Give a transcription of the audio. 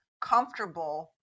comfortable